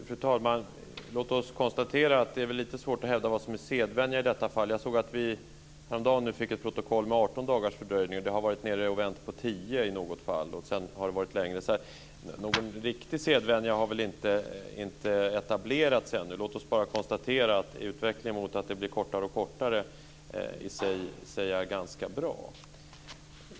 Fru talman! Låt oss konstatera att det är lite svårt att hävda vad som är sedvänja i detta fall. Jag såg att vi häromdagen fick ett protokoll med 18 dagars fördröjning. Det har varit nere och vänt på 10 dagar i något fall, och sedan har det varit längre tid. Någon riktig sedvänja har väl inte etablerats ännu. Låt oss bara konstatera att utvecklingen mot att det blir kortare och kortare tid i sig är ganska bra.